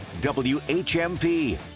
WHMP